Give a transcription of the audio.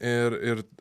ir ir